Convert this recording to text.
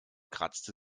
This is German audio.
kratzte